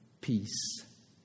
peace